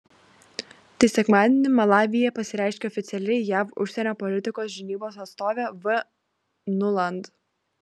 tai sekmadienį malavyje pareiškė oficiali jav užsienio politikos žinybos atstovė v nuland